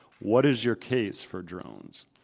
what is your case for drones?